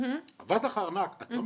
את לא